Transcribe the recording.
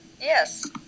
yes